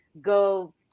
go